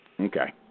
Okay